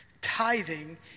Tithing